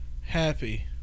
happy